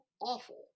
awful